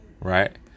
right